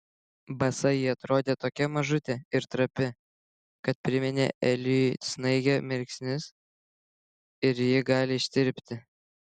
basa ji atrodė tokia mažutė ir trapi kad priminė eliui snaigę mirksnis ir ji gali ištirpti